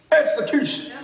execution